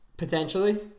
Potentially